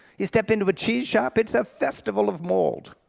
you step into a cheese shop, it's a festival of mold.